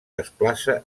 desplaça